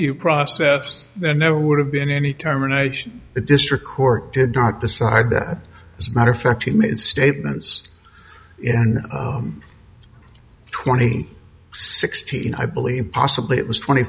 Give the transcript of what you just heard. due process that never would have been any terminations the district court did not decide that as a matter of fact he made statements in twenty sixteen i believe possibly it was twenty